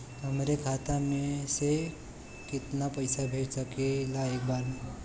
हमरे खाता में से कितना पईसा भेज सकेला एक बार में?